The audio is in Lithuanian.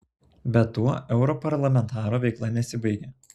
bet tuo europarlamentaro veikla nesibaigia